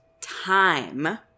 time